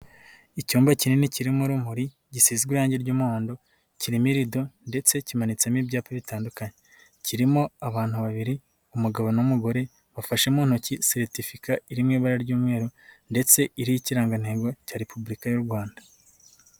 Icyumba kinini kirimo urumuri, gisize irangi ry'umuhondo, kirimo irido ndetse kimanitsemo ibyapa bitandukanye, kirimo abantu babiri, umugabo n'umugore, bafashe mu ntoki seritifika iri mu ibara ry'umweru ndetse iriho ikirangantego cya repubulika y'u Rwanda.